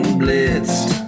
blitzed